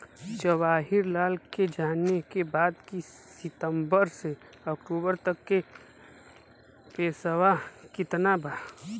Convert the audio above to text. जवाहिर लाल के जाने के बा की सितंबर से अक्टूबर तक के पेसवा कितना बा?